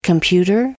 Computer